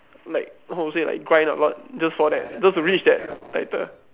like how to say like grind a lot just for that just to reach that title